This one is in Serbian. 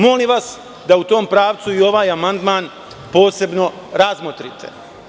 Molim vas da u tom pravcu i ovaj amandman posebno razmotrite.